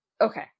Okay